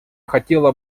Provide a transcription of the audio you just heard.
хотела